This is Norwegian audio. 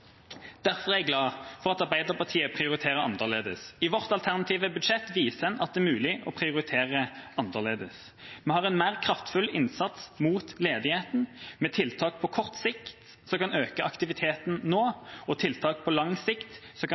Derfor er jeg glad for at Arbeiderpartiet prioriterer annerledes – i vårt alternative budsjett viser en at det er mulig å prioritere annerledes. Vi har en mer kraftfull innsats mot ledigheten, med tiltak på kort sikt som kan øke aktiviteten nå, og tiltak på lang sikt som kan